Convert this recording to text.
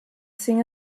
sing